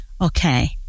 Okay